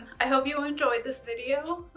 i hope you enjoyed this video